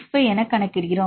65 என கணக்கிடுகிறோம்